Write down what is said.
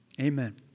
Amen